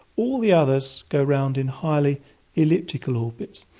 all the others go round in highly elliptical orbits.